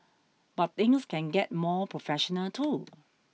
but things can get more professional too